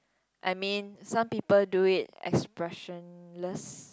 I mean some people do it expressionless